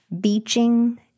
beaching